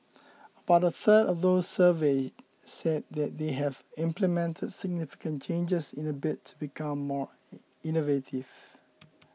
about a third of those surveyed said that they have implemented significant changes in a bid to become more innovative